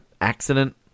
accident